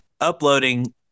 uploading